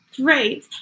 great